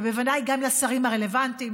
ובוודאי גם לשרים הרלוונטיים,